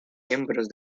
miembros